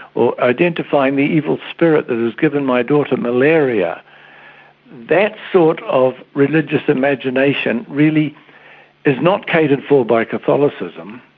or identifying the evil spirit that has given my daughter malaria that sort of religious imagination really is not catered for by catholicism.